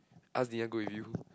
ask Vivian go with you